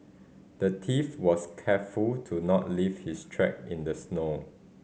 the thief was careful to not leave his track in the snow